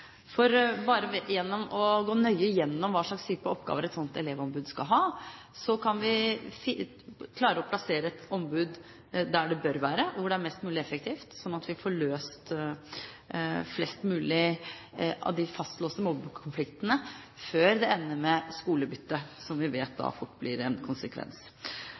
elevombud. Bare ved å gå nøye igjennom hva slags type oppgaver et sånt elevombud skal ha, kan vi klare å plassere et ombud der det bør være, og hvor det er mest mulig effektivt, slik at vi får løst flest mulig av de fastlåste mobbekonfliktene før det ender med skolebytte – som vi vet fort blir